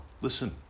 listen